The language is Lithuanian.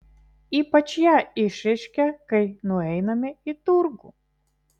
ypač ją išreiškia kai nueiname į turgų